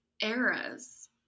eras